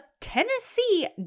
Tennessee